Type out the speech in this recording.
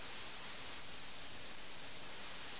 വലിയവരും ചെറിയവരും പണക്കാരും ദരിദ്രരും എല്ലാം അതിൽ മുങ്ങിപ്പോയി